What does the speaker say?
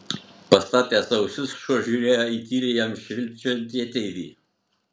pastatęs ausis šuo žiūrėjo į tyliai jam švilpčiojantį ateivį